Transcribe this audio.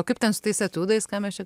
o kaip ten su tais etiudais ką mes čia